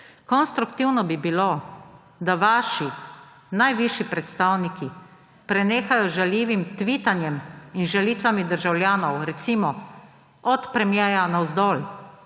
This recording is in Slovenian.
Konstruktivno bi bilo, da vaši najvišji predstavniki prenehajo z žaljivim tvitanjem in z žalitvami državljanov, recimo od premiera navzdol.